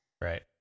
Right